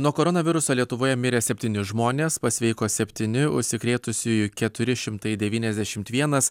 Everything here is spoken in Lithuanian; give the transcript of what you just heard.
nuo koronaviruso lietuvoje mirė septyni žmonės pasveiko septyni užsikrėtusiųjų keturi šimtai devyniasdešimt vienas